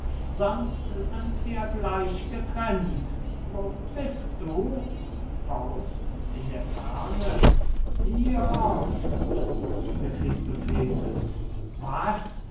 sonst sind wir gleich getrennt wo bist du faust in der ferne hier mephistopheles was